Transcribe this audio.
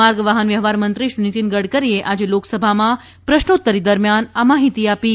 માર્ગ વાહનવ્યવહાર મંત્રીશ્રી નિતીન ગડકરીએ આજે લોકસભામાં પ્રશ્નોતરી દરમિયાન આ માહિતી આપી હતી